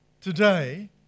today